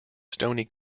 stoney